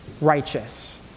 righteous